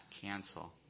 cancel